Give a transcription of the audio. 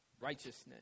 righteousness